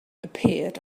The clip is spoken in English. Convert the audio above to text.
appeared